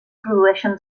produeixen